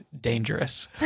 dangerous